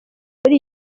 muri